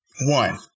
One